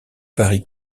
varient